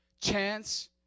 Chance